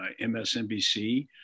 MSNBC